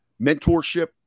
mentorship